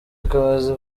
ikomeza